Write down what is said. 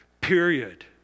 Period